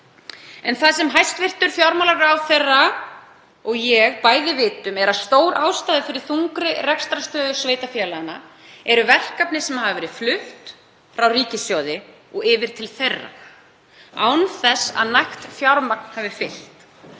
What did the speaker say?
En það sem hæstv. fjármálaráðherra og ég bæði vitum er að stór ástæða fyrir þungri rekstrarstöðu sveitarfélaganna eru verkefni sem hafa verið flutt frá ríkissjóði og yfir til þeirra án þess að nægt fjármagn hafi fylgt.